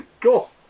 Cool